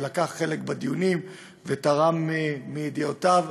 לקח חלק בדיונים ותרם מידיעותיו,